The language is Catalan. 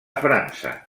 frança